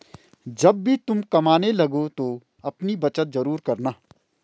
जब भी तुम कमाने लगो तो अपनी बचत जरूर करना